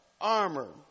armor